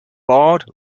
barred